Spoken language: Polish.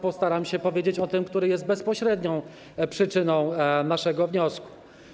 Postaram się powiedzieć o tym, który jest bezpośrednią przyczyną naszego wniosku.